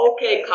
Okay